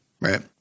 right